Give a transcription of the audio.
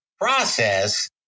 process